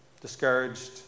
discouraged